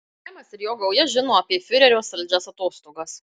remas ir jo gauja žino apie fiurerio saldžias atostogas